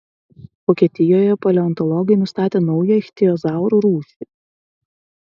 vokietijoje paleontologai nustatė naują ichtiozaurų rūšį